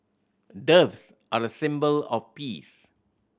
doves are a symbol of peace